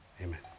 amen